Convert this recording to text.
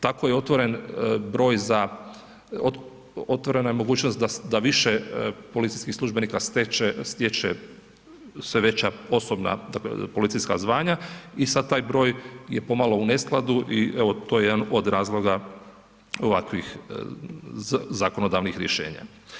Tako je otvoren broj za, otvorena je mogućnost da više policijskih službenika stječe sve veća poslovna policijska zvanja i sada taj broj je pomalo u neskladu i evo, to je jedan od razloga ovakvih zakonodavnih rješenja.